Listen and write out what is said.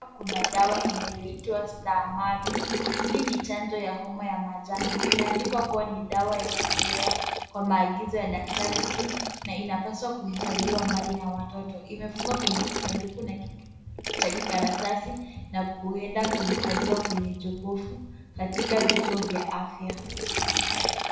Hapa kuna dawa inayoitwa Stahameril, hii ni chanjo ya homa ya manjano. Imeandikwa kuwa ni dawa ya kutolewa kwa maagizo ya daktari tu, na inapaswa kuhifadhiwa mbali na watoto. Imefungwa kwenye kisanduku cha kikaratasi, na kuenda kuhifadhiwa kwenye jokofu, katika vituo vya afya.